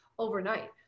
Overnight